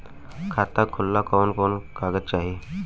खाता खोलेला कवन कवन कागज चाहीं?